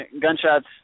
gunshots